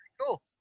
cool